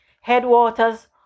Headwaters